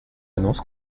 annonce